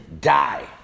die